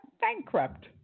bankrupt